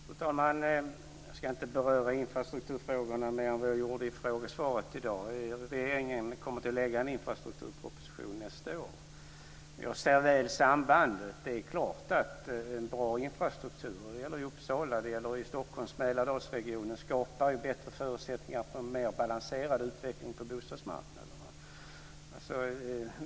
Fru talman! Jag ska inte beröra infrastrukturfrågorna mer än vad jag gjorde i frågesvaret i dag. Regeringen kommer att lägga fram en infrastrukturproposition nästa år. Jag ser väl sambandet. Det är klart att en bra infrastruktur - det gäller i Uppsala, och det gäller i Stockholms och Mälardalsregionen - skapar bättre förutsättningar för en mer balanserad utveckling på bostadsmarknaden.